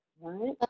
right